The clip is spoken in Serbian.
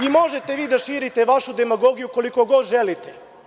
I možete vi da širite vašu demagogiju koliko god želite.